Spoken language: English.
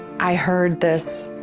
i heard this,